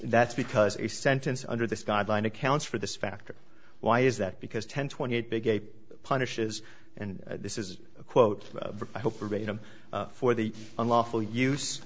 that's because a sentence under this guideline accounts for this factor why is that because ten twenty eight big ape punishes and this is a quote i hope for the unlawful use